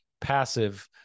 passive